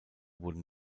wurden